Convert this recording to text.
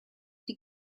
die